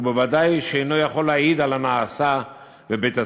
ובוודאי שאינו יכול להעיד על הנעשה בבית-הספר,